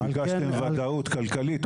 ביקשתם ודאות כלכלית.